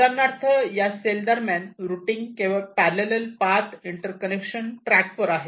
उदाहरणार्थ या सेल दरम्यान रुटींग केवळ पॅररल पाथ इंटरकनेक्शन ट्रॅकवर आहे